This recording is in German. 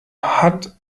hat